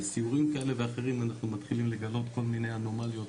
בסיורים כאלה ואחרים אנחנו מתחילים לגלות כל מיני אנומליות